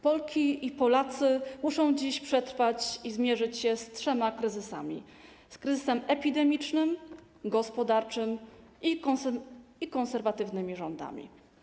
Polki i Polacy muszą dziś przetrwać i zmierzyć się z trzema kryzysami: z kryzysem epidemicznym, kryzysem gospodarczym i konserwatywnymi rządami.